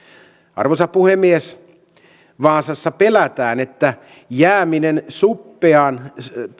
arvoisa puhemies vaasassa pelätään että jääminen suppean